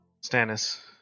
Stannis